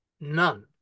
None